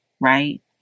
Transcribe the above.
right